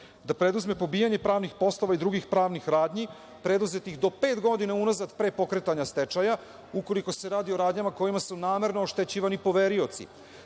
da preduzme pobijanje pravnih poslova i drugih pravnih radnji preduzetih do pet godina unazad pre pokretanja stečaja, ukoliko se radi o radnjama kojima su namerno oštećivani poverioci.